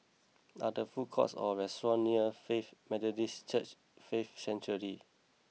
are there food courts or restaurants near Faith Methodist Church Faith Sanctuary